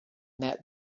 that